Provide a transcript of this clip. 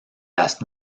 las